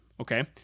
okay